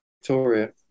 victoria